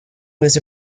was